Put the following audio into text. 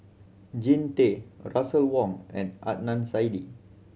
Jean Tay Russel Wong and Adnan Saidi